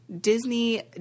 Disney